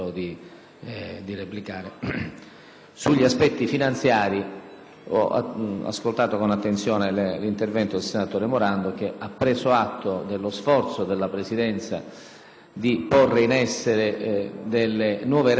Sugli aspetti finanziari ho ascoltato con attenzione l'intervento del senatore Morando, che ha preso atto dello sforzo della Presidenza di porre in essere nuove regole che